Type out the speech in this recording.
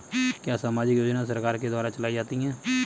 क्या सामाजिक योजनाएँ सरकार के द्वारा चलाई जाती हैं?